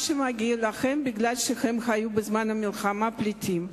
שמגיע להם משום שהם היו בזמן המלחמה פליטים.